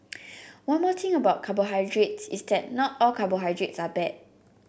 one more thing about carbohydrates is that not all carbohydrates are bad